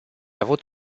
avut